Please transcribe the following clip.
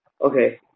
Okay